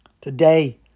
Today